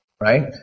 right